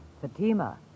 Fatima